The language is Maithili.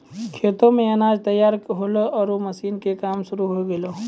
खेतो मॅ अनाज तैयार होल्हों आरो मशीन के काम शुरू होय गेलै